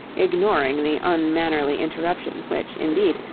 ignoring the unmannerly interruption, which, indeed,